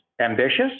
ambitious